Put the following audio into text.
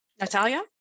Natalia